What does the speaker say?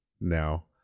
now